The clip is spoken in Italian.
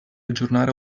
aggiornare